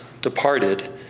departed